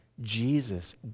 Jesus